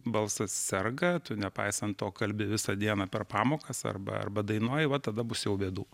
balsas serga tu nepaisant to kalbi visą dieną per pamokas arba arba dainuoji va tada bus jau bėdų